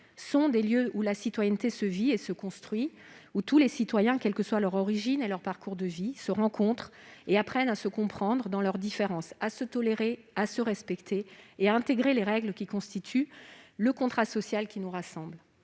sont des lieux où la citoyenneté se vit et se construit, où tous les citoyens, quels que soient leur origine et leur parcours de vie, se rencontrent et apprennent à se comprendre dans leurs différences, à se tolérer, à se respecter, et à intégrer les règles qui constituent le contrat social qui nous rassemble.